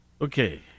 Okay